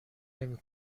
نمی